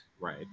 right